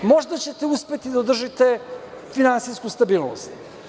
Možda ćete uspeti da održite finansijsku stabilnost.